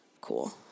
cool